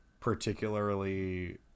particularly